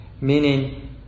Meaning